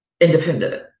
independent